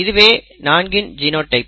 இதுவே 4 இன் ஜினோடைப்